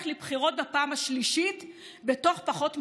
לבחירות בפעם השלישית בתוך פחות משנה.